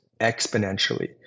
exponentially